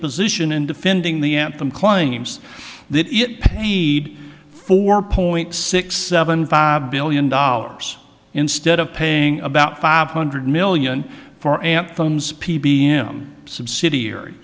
position in defending the anthem claims that it paid four point six seven five billion dollars instead of paying about five hundred million for amp phones p b m subsidiary